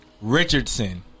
Richardson